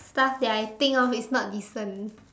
stuff that I think of is not decent